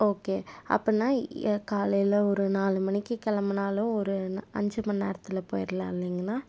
okay அப்புடின்னா காலையில் ஒரு நாலு மணிக்கு கிளம்புனாலும் ஒரு ந அஞ்சு மணி நேரத்தில் போயிடலா இல்லைங்கண்ணா